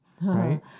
right